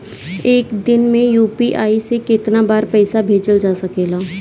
एक दिन में यू.पी.आई से केतना बार पइसा भेजल जा सकेला?